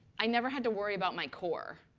i never had to worry about my core.